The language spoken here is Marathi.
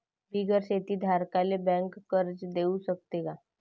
बिगर शेती धारकाले बँक कर्ज देऊ शकते का?